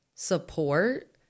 support